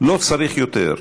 לא צריך יותר.